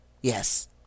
Yes